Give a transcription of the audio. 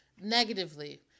negatively